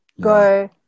go